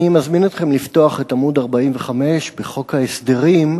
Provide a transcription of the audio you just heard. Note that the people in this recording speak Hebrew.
אני מזמין אתכם לפתוח את עמוד 45 בחוק ההסדרים,